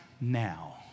now